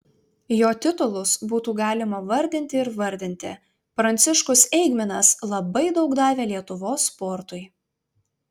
jo titulus būtų galima vardinti ir vardinti pranciškus eigminas labai daug davė lietuvos sportui